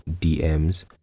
DMs